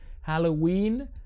Halloween